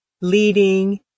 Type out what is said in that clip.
leading